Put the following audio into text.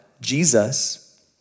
Jesus